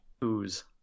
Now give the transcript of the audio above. Whos